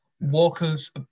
Walkers